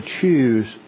choose